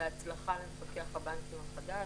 בהצלחה למפקח הבנקים החדש.